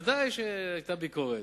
ודאי שהיתה ביקורת.